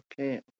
Okay